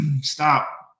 Stop